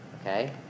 Okay